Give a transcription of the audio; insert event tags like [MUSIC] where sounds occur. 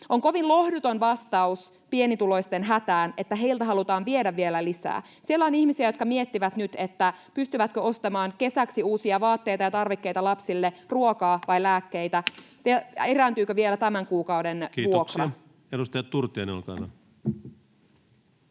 On kovin lohduton vastaus pienituloisten hätään, että heiltä halutaan viedä vielä lisää. Siellä on ihmisiä, jotka miettivät nyt, pystyvätkö ostamaan kesäksi uusia vaatteita ja tarvikkeita lapsille, ruokaa vai lääkkeitä, [NOISE] erääntyykö vielä tämän kuukauden [Puhemies: Kiitoksia!] vuokra. Edustaja Turtiainen, olkaa hyvä.